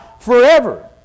forever